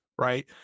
right